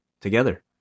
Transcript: together